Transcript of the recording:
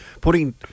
putting